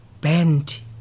bent